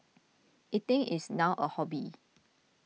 eating is now a hobby